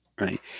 right